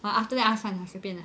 but after that 他算了随便 ah